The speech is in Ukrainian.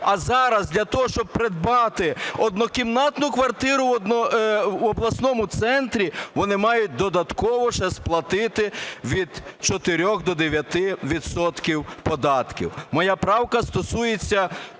а зараз, для того щоб придбати однокімнатну квартиру в обласному центрі, вони мають додатково ще сплатити від 4 до 9 відсотків податків. Моя правка стосується